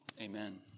amen